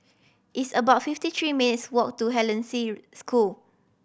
it's about fifty three minutes' walk to Hollandse School